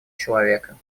человека